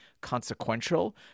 consequential